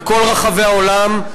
בכל רחבי העולם,